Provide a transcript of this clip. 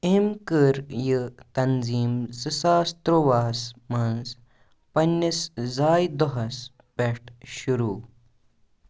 أمۍ كٔر یہِ تنظیٖم زٕ ساس تُرٛواہَس منٛز پنٛنِس زایہِ دۄہَس پٮ۪ٹھ شروٗع